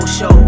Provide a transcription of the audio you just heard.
Show